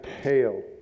tail